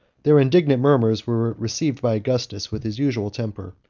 their indignant murmurs were received by augustus with his usual temper.